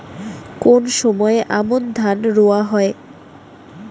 কোন সময় আমন ধান রোয়া হয়?